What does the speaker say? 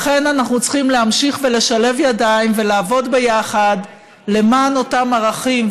לכן אנחנו צריכים להמשיך ולשלב ידיים ולעבוד יחד למען אותם ערכים,